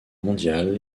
mondiale